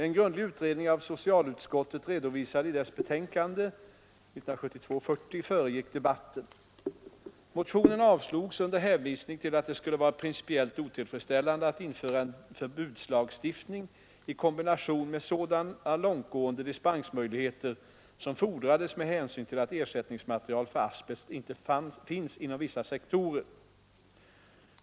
En grundlig utredning av socialutskottet redovisad i dess betänkande 1972:40 föregick debatten. Motionen avslogs under hänvisning till att det skulle vara principiellt otillfredsställande att införa en förbudslagstiftning i kombination med sådana långtgående dispensmöjligheter som fordrades med hänsyn till att ersättningsmaterial för asbest inte finns inom vissa sektorer.